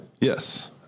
Yes